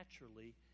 naturally